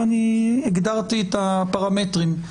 ואני הגדרתי את הפרמטרים.